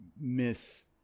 miss